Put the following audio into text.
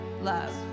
love